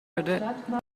bitte